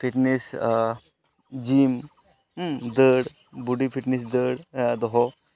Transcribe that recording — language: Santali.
ᱯᱷᱤᱴᱱᱮᱥ ᱡᱤᱢ ᱫᱟᱹᱲ ᱵᱚᱰᱤ ᱯᱷᱤᱴᱱᱮᱥ ᱫᱟᱹᱲ ᱫᱚᱦᱚ